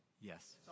Yes